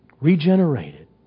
regenerated